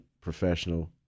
professional